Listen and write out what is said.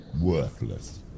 worthless